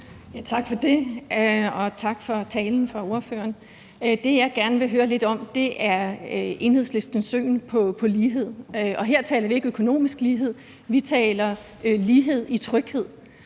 Tak for det. Og tak for talen fra ordføreren. Det, jeg gerne vil høre lidt om, er Enhedslistens syn på lighed, og her taler vi ikke økonomisk lighed; vi taler lighed i tryghed.